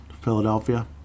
Philadelphia